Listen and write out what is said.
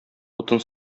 утын